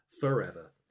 forever